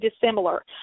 dissimilar